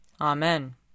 Amen